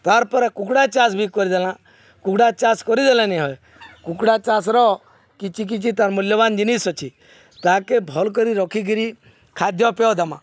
ତାର୍ ପରେ କୁକୁଡ଼ା ଚାଷ୍ ବି କରିଦେଲା କୁକୁଡ଼ା ଚାଷ୍ କରିଦେଲେ ନି ହୁଏ କୁକୁଡ଼ା ଚାଷ୍ର କିଛି କିଛି ତାର୍ ମୂଲ୍ୟବାନ୍ ଜିନିଷ୍ ଅଛେ ତାହାକେ ଭଲ୍ କରି ରଖିକିରି ଖାଦ୍ୟ ପେୟ ଦେମା